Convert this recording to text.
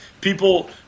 people